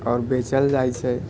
आओर बेचल जाइ छै